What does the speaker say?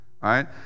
right